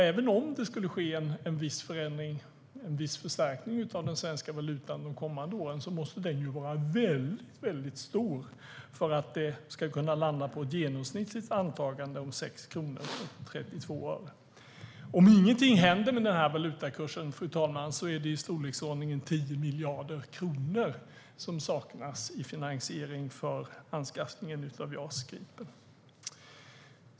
Även om det skulle ske en viss förändring eller en viss förstärkning av den svenska valutan under kommande år måste den vara väldigt stor för att dollarkursen skulle hamna på det genomsnittliga antagandet 6,32 kronor. Om ingenting händer med valutakursen, fru talman, är det i storleksordningen 10 miljarder kronor som saknas i finansiering för anskaffningen av JAS Gripen.